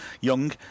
Young